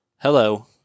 Hello